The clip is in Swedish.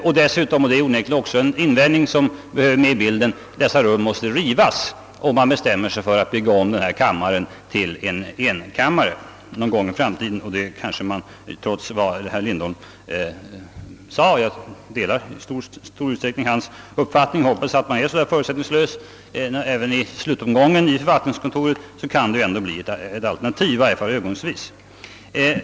Om man bestämmer sig för att bygga om denna kammare till en enkammare en gång i framtiden måste dessutom dessa rum rivas, vilket också är en invändning som bör komma med i bilden. Jag delar i stor utsträckning herr Lindholms uppfattning och hoppas att man också i fortsättningen skall vara så förutsättningslös i frågan om ett nytt riksdagshus.